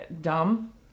dumb